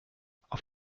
auf